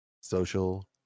social